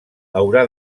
haurà